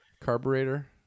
carburetor